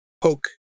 poke